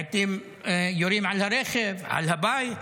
לעיתים יורים על הרכב, על הבית.